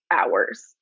hours